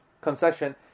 concession